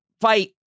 fight